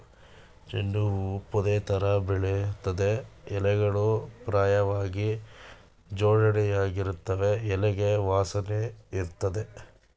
ಚೆಂಡು ಹೂ ಪೊದೆತರ ಬೆಳಿತದೆ ಎಲೆಗಳು ಪರ್ಯಾಯ್ವಾಗಿ ಜೋಡಣೆಯಾಗಿರ್ತವೆ ಎಲೆಗೆ ವಾಸನೆಯಿರ್ತದೆ